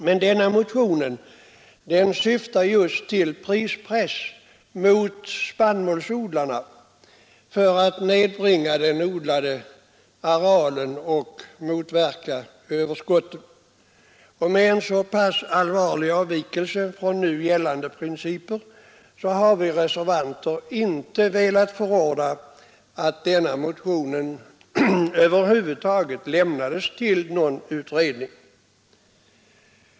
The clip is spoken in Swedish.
Men denna motion syftar just till prispress mot spannmålsodlarna för att de skall nedbringa den odlade arealen så att skördeöverskott motverkas. Med en så pass allvarlig avvikelse från nu gällande principer har vi reservanter inte velat förorda att denna motion över huvud taget lämnas till någon utredning.